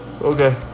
okay